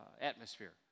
atmosphere